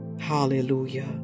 hallelujah